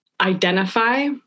identify